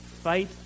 fight